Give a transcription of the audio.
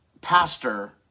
pastor